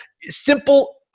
simple